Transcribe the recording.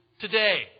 today